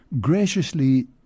graciously